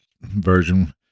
version